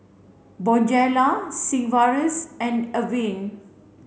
Bonjela Sigvaris and Avene